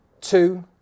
Two